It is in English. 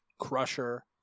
crusher